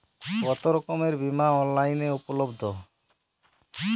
কতোরকমের বিমা অনলাইনে উপলব্ধ?